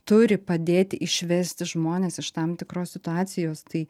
turi padėti išvesti žmones iš tam tikros situacijos tai